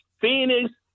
Phoenix